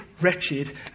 wretched